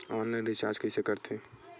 Online recharge कइसे करथे?